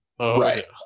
Right